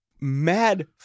mad